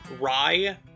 rye